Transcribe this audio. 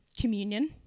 communion